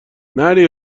نری